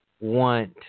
want